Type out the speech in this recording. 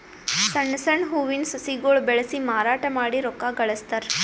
ಸಣ್ಣ್ ಸಣ್ಣ್ ಹೂವಿನ ಸಸಿಗೊಳ್ ಬೆಳಸಿ ಮಾರಾಟ್ ಮಾಡಿ ರೊಕ್ಕಾ ಗಳಸ್ತಾರ್